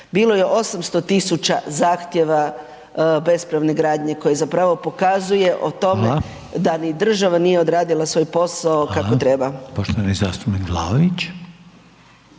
bilo je 800.000 zahtjeva bespravne gradnje koje zapravo pokazuje o tome da ni država nije odradila svoj posao kako treba.